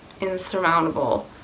insurmountable